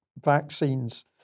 vaccines